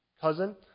cousin